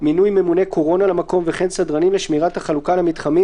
מינוי ממונה קורונה למקום וכן סדרנים לשמירת החלוקה למתחמים